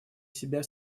себя